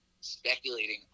speculating